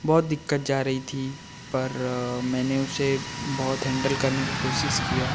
बहुत दिक्कत जा रही थी पर मैंने उसे बहुत हैंडल करने का कोशिश किया